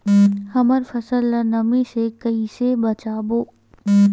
हमर फसल ल नमी से क ई से बचाबो?